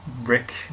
Rick